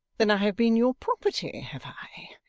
then i have been your property, have i?